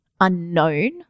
unknown